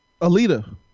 Alita